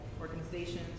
organizations